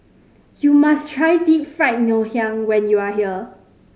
you must try Deep Fried Ngoh Hiang when you are here